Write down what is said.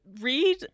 read